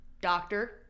Doctor